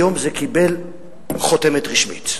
היום זה קיבל חותמת רשמית.